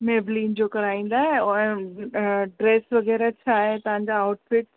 Maybelline जो कराईंदा और ऐं ड्रेस वग़ैरह छा आहे तव्हांजा आउटफ़िट्स